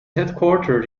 headquartered